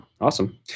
Awesome